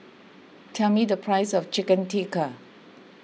tell me the price of Chicken Tikka